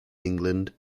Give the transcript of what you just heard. england